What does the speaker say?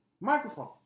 Microphone